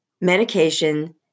medication